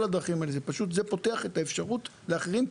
זה פותח את האפשרות לאחרים.